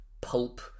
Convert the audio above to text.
pulp